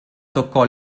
toccò